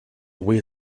away